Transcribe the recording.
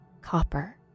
Copper